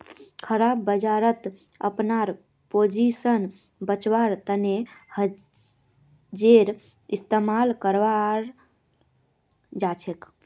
खराब बजारत अपनार पोजीशन बचव्वार तने हेजेर इस्तमाल कराल जाछेक